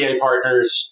partners